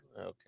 Okay